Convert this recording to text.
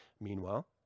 meanwhile